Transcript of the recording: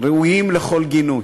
ראויים לכל גינוי.